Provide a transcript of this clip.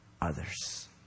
others